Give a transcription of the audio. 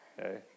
Okay